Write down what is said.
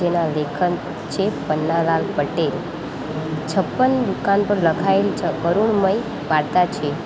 જેના લેખન છે પન્નાલાલ પટેલ છપ્પન દુકાળ પર લખાયેલ જ કરુણમય વાર્તા છે